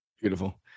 Beautiful